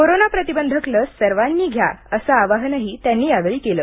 corona प्रतिबंधक लस सर्वांनी घ्या असे आवाहनही त्यांनी केले